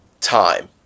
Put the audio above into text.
time